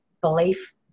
belief